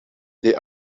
they